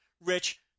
Rich